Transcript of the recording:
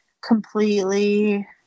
completely